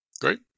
great